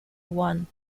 one